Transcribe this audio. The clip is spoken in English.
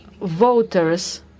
Voters